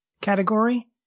category